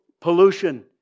pollution